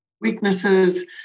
weaknesses